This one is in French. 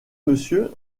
monsieur